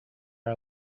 are